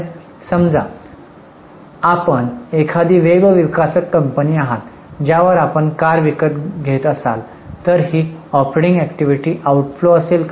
समजा आपण एखादी वेब विकसक कंपनी आहात ज्यावर आपण कार विकत घेत असाल तर ही ऑपरेटिंग अॅक्टिव्हिटी आउटफ्लो असेल का